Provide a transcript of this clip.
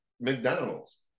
McDonald's